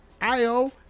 IO